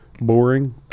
Boring